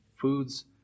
foods